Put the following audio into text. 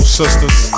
sisters